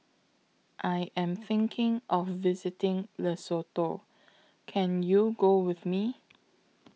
I Am thinking of visiting Lesotho Can YOU Go with Me